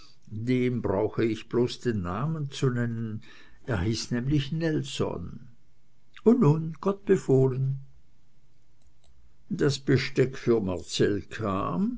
dem brauche ich bloß den namen zu nennen er hieß nämlich nelson und nun gott befohlen und damit verabschiedete sich corinna das besteck für marcell kam